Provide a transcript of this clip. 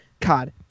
Cod